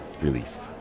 released